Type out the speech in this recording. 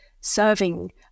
serving